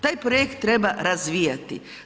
Taj projekt treba razvijati.